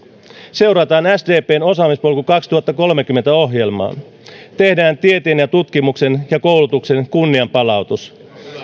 seurataan sdpn osaamispolku kaksituhattakolmekymmentä ohjelmaa tehdään tieteen ja tutkimuksen ja koulutuksen kunnianpalautus